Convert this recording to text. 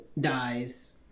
dies